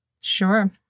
Sure